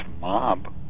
mob